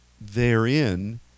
therein